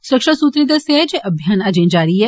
सुरक्षा सुत्रें दस्सेआ एह जे अभियान अजें जारी ऐ